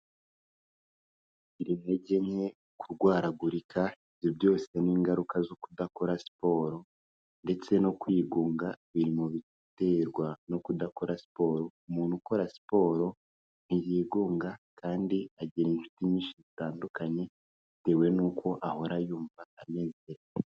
Kugira intege nke, kurwaragurika, ibyo byose n'ingaruka zo kudakora siporo ndetse no kwigunga, biri mu biterwa no kudakora siporo, umuntu ukora siporo ntiyigunga kandi agira inshuti nyinshi zitandukanye, bitewe n'uko ahora yumva anezerewe.